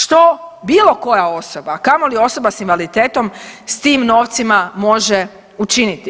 Što bilo koja osoba, a kamoli osoba s invaliditetom s tim novcima može učiniti?